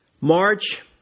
March